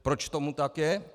Proč tomu tak je?